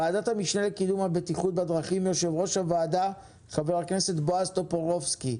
ועדת המשנה לקידום הבטיחות בדרכים: יו"ר הוועדה חה"כ בועז טופורובסקי.